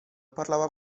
parlava